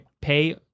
pay